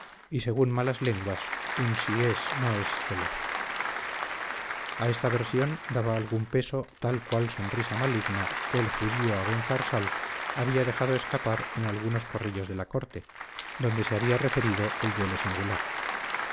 y según malas lenguas un si es no es celoso a esta versión daba algún peso tal cual sonrisa maligna que el judío abenzarsal había dejado escapar en algunos corrillos de la corte donde se había referido el duelo singular